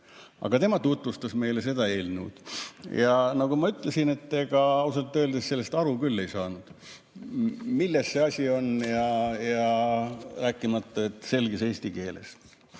Aga tema tutvustas meile seda eelnõu. Nagu ma ütlesin, ega ausalt öeldes sellest aru küll ei saanud, milles asi on, rääkimata selgest eesti keelest.